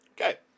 Okay